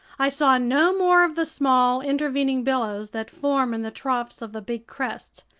i saw no more of the small intervening billows that form in the troughs of the big crests.